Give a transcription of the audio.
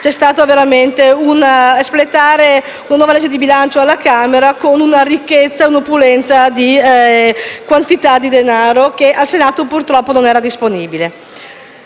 è stato veramente come espletare una nuova legge di bilancio alla Camera, con una ricchezza, un'opulenza, una quantità di denaro che al Senato purtroppo non era disponibile.